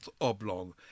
oblong